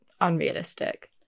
unrealistic